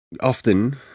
often-